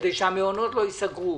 כדי שהמעונות לא ייסגרו.